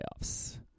playoffs